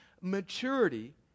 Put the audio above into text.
maturity